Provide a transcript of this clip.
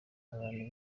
abantu